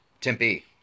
tempe